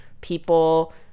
people